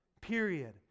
period